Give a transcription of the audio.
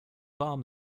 warm